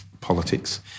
politics